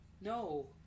No